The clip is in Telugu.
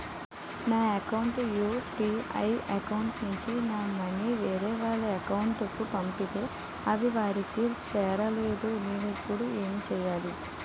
నా యెక్క యు.పి.ఐ అకౌంట్ నుంచి నా మనీ వేరే వారి అకౌంట్ కు పంపితే అవి వారికి చేరలేదు నేను ఇప్పుడు ఎమ్ చేయాలి?